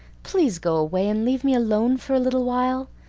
please go away and leave me alone for a little while.